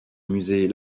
musée